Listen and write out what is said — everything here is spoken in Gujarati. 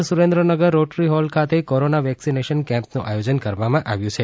આજે સુરેન્દ્રનગર રોટરી હોલ ખાતે કોરોના વેકસીનેસન કેમ્પનું આયોજન કરવામાં આવ્યું છે